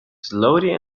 slowly